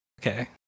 Okay